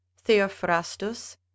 Theophrastus